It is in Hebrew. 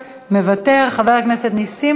חבר הכנסת נחמן שי,